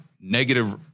negative